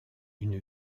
une